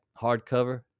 hardcover